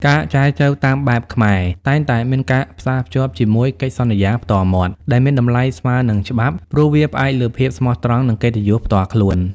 ការចែចូវតាមបែបខ្មែរ តែងតែមានការផ្សារភ្ជាប់ជាមួយ "កិច្ចសន្យាផ្ទាល់មាត់" ដែលមានតម្លៃស្មើនឹងច្បាប់ ព្រោះវាផ្អែកលើភាពស្មោះត្រង់ និងកិត្តិយសផ្ទាល់ខ្លួន។